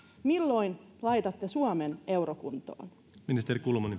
milloin laitatte suomen eurokuntoon arvoisa